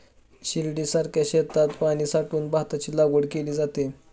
शिर्डीसारख्या शेतात पाणी साठवून भाताची लागवड केली जाते